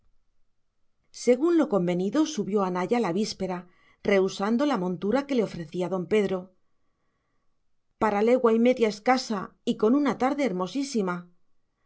según lo convenido subió a naya la víspera rehusando la montura que le ofrecía don pedro para legua y media escasa y con una tarde hermosísima